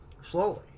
slowly